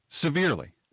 severely